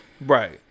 Right